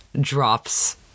drops